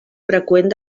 freqüent